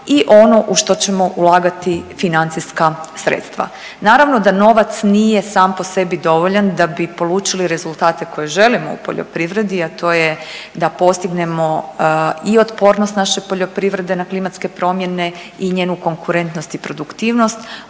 i ono u što ćemo ulagati financijska sredstva. Naravno da novac nije sam po sebi dovoljan da bi polučili rezultate koje želimo u poljoprivredi, a to je da postignemo i otpornost naše poljoprivrede na klimatske promjene i njenu konkurentnost i produktivnost,